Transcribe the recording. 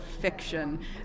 fiction